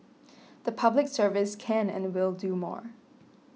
the Public Service can and will do more